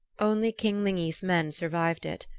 only king lygni's men survived it,